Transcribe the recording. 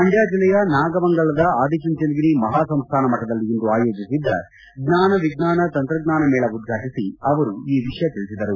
ಮಂಡ್ಲ ಜಿಲ್ಲೆಯ ನಾಗಮಂಗಲದ ಆದಿಚುಂಚನಗಿರಿ ಮಹಾಸಂಸ್ಥಾನ ಮಠದಲ್ಲಿ ಇಂದು ಆಯೋಜಿಸಿದ್ದ ಜ್ಞಾನ ವಿಜ್ಞಾನ ತಂತ್ರಜ್ಞಾನ ಮೇಳ ಉದ್ಘಾಟಿಸಿ ಅವರು ಈ ವಿಷಯ ತಿಳಿಸಿದರು